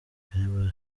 basezerewe